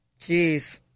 Jeez